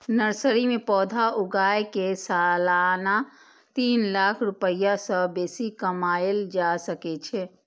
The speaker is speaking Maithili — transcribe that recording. नर्सरी मे पौधा उगाय कें सालाना तीन लाख रुपैया सं बेसी कमाएल जा सकै छै